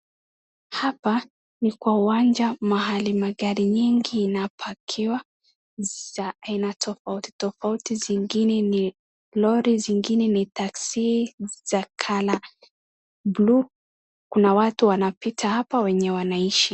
Hapa ni kwa uwanja mahali magari nyingi inaparkiwa , za aina tofauti tofuati, zingine ni lori, zingine ni taxi za colour buluu, kuna watu wanapita hapa wenye wanaishi.